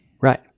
right